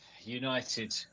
United